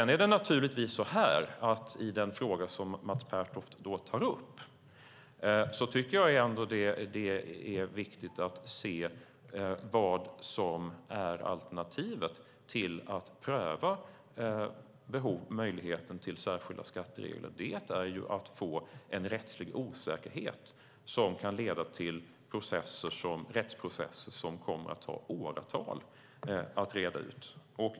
När det gäller den fråga som Mats Pertoft tar upp tycker jag att det är viktigt att se vilket alternativet är till att pröva möjligheten till särskilda skatteregler. Det är att få en rättslig osäkerhet som kan leda till rättsprocesser som kommer att ta åratal att reda ut.